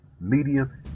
medium